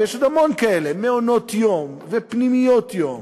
ויש עוד המון כאלה: מעונות-יום ופנימיות-יום